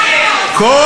אתה לא מתבייש?